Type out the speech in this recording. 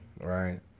right